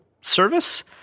service